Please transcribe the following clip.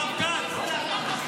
הרב כץ.